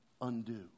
undo